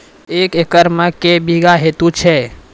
एक एकरऽ मे के बीघा हेतु छै?